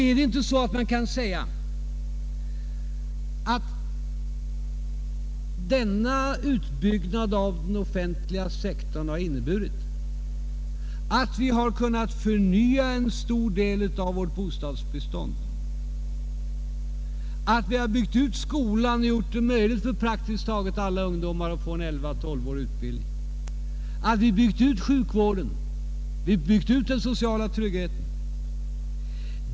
Är det inte så att denna utbyggnad av den offentliga sektorn har inneburit att vi förnyat en stor del av vårt bostadsbestånd, att vi har byggt ut skolan och gjort det möjligt för praktiskt taget alla ungdomar att få en 11—12-årig utbildning, att vi byggt ut sjukvården, byggt ut den sociala tryggheten?